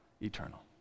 eternal